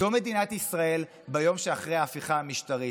זאת מדינת ישראל ביום שאחרי ההפיכה המשטרית,